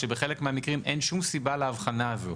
שבחלק מהמקרים אין שום סיבה להבחנה הזו,